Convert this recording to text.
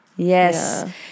yes